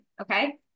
Okay